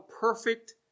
perfect